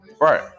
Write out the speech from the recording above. Right